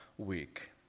week